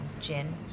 gin